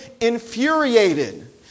infuriated